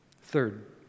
Third